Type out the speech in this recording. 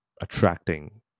attracting